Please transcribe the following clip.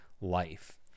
life